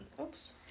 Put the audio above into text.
oops